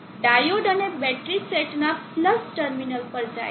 અને પછી ડાયોડ અને બેટરી સેટના પ્લસ ટર્મિનલ્સ પર જાય છે